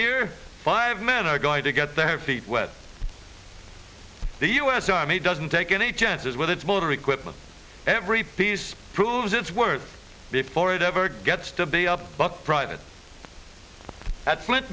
here five men are going to get their feet wet the u s army doesn't take any chances with its military equipment every piece proves its worth before it ever gets to be up but private at flint